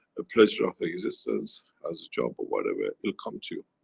a pleasure of existence, as a job or whatever, it'll come to you.